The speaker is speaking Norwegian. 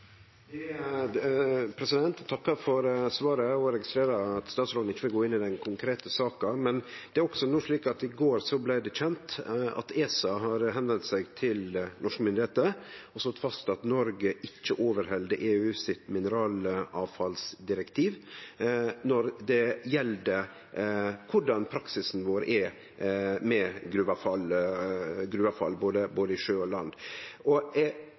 Eg takkar for svaret og registrerer at statsråden ikkje vil gå inn i den konkrete saka. Det er slik at i går blei det kjent at ESA har teke kontakt med norske myndigheiter og slått fast at Noreg ikkje overheld EUs mineralavfallsdirektiv når det gjeld korleis praksisen vår er med gruveavfall både i sjø og på land. Dette er på grunn av klagar frå eit breitt spekter av miljø- og næringsorganisasjonar. Så eg